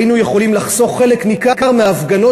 היינו יכולים לחסוך חלק ניכר מההפגנות